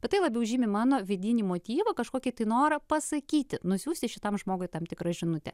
bet tai labiau žymi mano vidinį motyvą kažkokį tai norą pasakyti nusiųsti šitam žmogui tam tikrą žinutę